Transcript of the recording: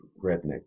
redneck